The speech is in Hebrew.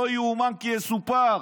לא יאומן כי יסופר.